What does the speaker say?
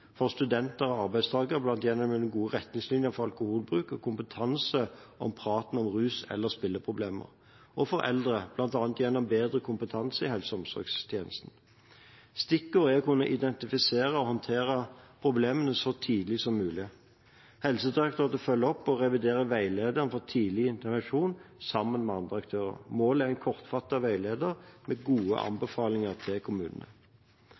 for studenter og arbeidstakere, bl.a. gjennom gode retningslinjer for alkoholbruk, kompetanse om praten om rus eller spilleproblemer, og for eldre, bl.a. gjennom bedre kompetanse i helse- og omsorgstjenesten. Stikkordet er å kunne identifisere og håndtere problemene så tidlig som mulig. Helsedirektoratet følger opp og reviderer veilederen om tidlig intervensjon sammen med andre aktører. Målet er en kortfattet veileder med gode anbefalinger til kommunene.